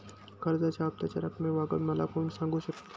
कर्जाच्या हफ्त्याच्या रक्कमेबाबत मला कोण सांगू शकेल?